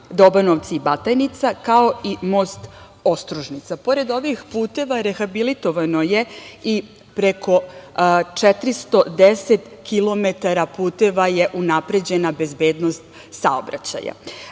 Dobanovci i Batajnica, kao i most Ostružnica. Pored ovih puteva, rehabilitovano je i preko 410 kilometara puteva je unapređena bezbednost saobraćaja. Kada